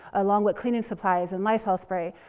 along with cleaning supplies and lysol spray.